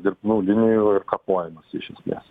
dirbtinų linijų ir kapojamasi iš esmės